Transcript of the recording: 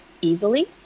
easily